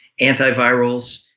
antivirals